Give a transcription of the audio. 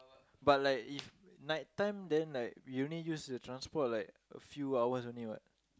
but like if night time then like we only use the transport like a few hours only what